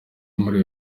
muri